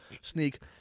sneak